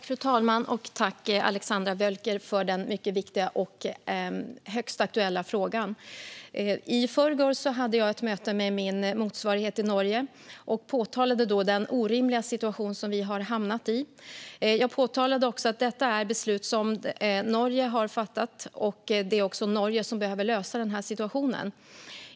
Fru talman! Tack, Alexandra Völker, för den mycket viktiga och högst aktuella frågan! I förrgår hade jag ett möte med min motsvarighet i Norge och påtalade då den orimliga situation som vi har hamnat i. Jag påpekade också att detta är ett beslut som Norge har fattat och att det är Norge som behöver lösa situationen.